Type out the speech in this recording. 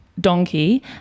Donkey